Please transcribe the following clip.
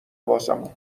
واسمون